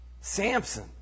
Samson